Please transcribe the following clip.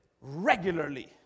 regularly